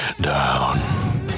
down